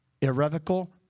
Irrevocable